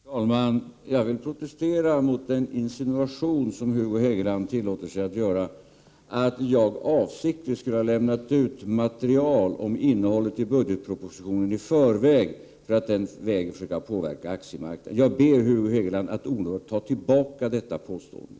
Herr talman! Jag vill protestera mot den insinuation som Hugo Hegeland tillåter sig att göra om att jag avsiktligt skulle ha lämnat ut material om innehållet i budgetpropositionen i förväg för att på det sättet försöka påverka aktiemarknaden. Jag ber Hugo Hegeland att omedelbart ta tillbaka detta påstående.